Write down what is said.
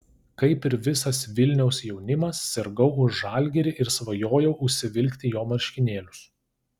kaip ir visas vilniaus jaunimas sirgau už žalgirį ir svajojau užsivilkti jo marškinėlius